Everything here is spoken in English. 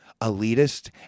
elitist